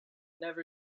never